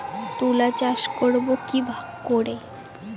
তুলা চাষ করব কি করে?